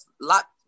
lot